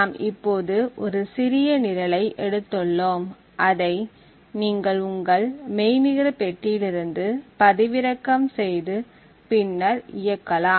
நாம் இப்போது ஒரு சிறிய நிரலை எடுத்துள்ளோம் அதை நீங்கள் உங்கள் மெய்நிகர் பெட்டியில் இருந்து பதிவிறக்கம் செய்து பின்னர் இயக்கலாம்